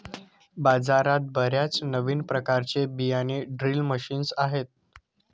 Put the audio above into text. बाजारात बर्याच नवीन प्रकारचे बियाणे ड्रिल मशीन्स आहेत